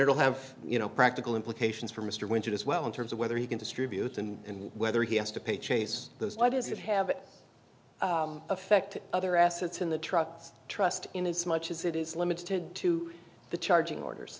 will have you know practical implications for mr winters as well in terms of whether he can distribute them and whether he has to pay chase those why does it have that effect other assets in the truck trust in as much as it is limited to the charging orders